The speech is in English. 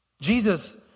Jesus